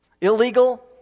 illegal